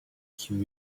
qui